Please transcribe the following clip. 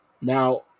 Now